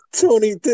Tony